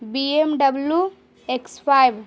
B M W X five